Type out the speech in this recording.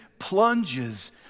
plunges